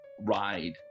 ride